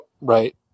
right